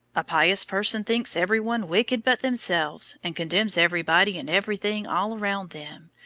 a pious person thinks every one wicked but themselves, and condemns everybody and everything all round them.